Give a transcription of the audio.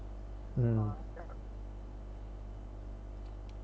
mm